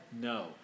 No